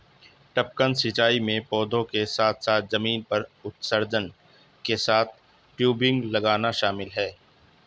टपकन सिंचाई में पौधों के साथ साथ जमीन पर उत्सर्जक के साथ टयूबिंग लगाना शामिल है